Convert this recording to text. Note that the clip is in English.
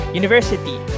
university